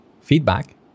feedback